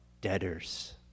debtors